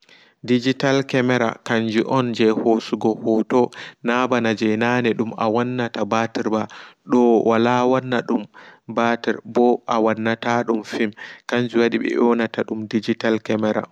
Digital Kemera kanju on jei hosugo hoto naɓana jei naane dum awannata dum ɓatir ɓa do wala wannadum ɓatir ɓo awannatadum fim kanjuwadi ɓe yonata dum digital kemera.